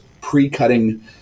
pre-cutting